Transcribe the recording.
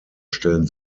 stellen